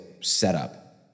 setup